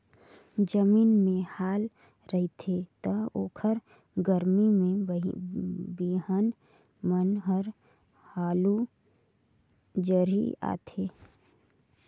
जमीन में हाल रहिथे त ओखर गरमी में बिहन मन हर हालू जरई आथे